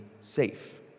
safe